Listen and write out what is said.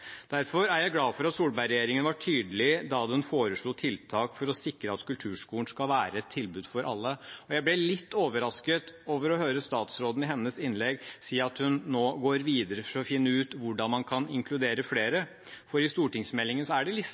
Derfor er jeg glad for at Solberg-regjeringen var tydelig da den foreslo tiltak for å sikre at kulturskolen skal være et tilbud for alle. Jeg ble litt overrasket over å høre statsråden i hennes innlegg si at hun nå går videre for å finne ut hvordan man kan inkludere flere, for i stortingsmeldingen er det listet